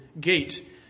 gate